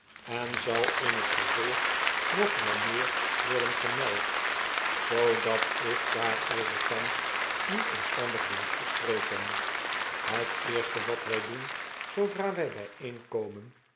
en zal in het vervolg nog wel meer worden gemeld zoodat ik daarover thans niet omstandig behoef te spreken het eerste wat wy doen zoodra